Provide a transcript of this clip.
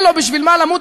אין לו בשביל מה למות,